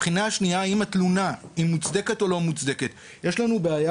הבחינה השנייה היא האם התלונה מוצדקת או לא מוצדקת יש לנו בעיה,